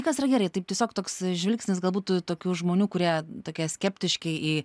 kas yra gerai taip tiesiog toks žvilgsnis galbūt tokių žmonių kurie tokie skeptiški į